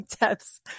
deaths